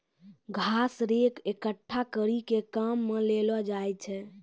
घास रेक एकठ्ठा करी के काम मे लैलो जाय छै